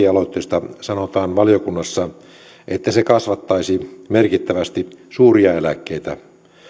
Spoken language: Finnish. aloitteesta sanottiin valiokunnassa että se kasvattaisi merkittävästi suuria eläkkeitä